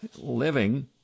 living